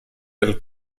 del